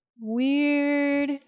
Weird